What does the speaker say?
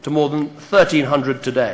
והם אפילו לא שמים לב למה שהם אומרים.